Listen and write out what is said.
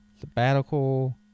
Sabbatical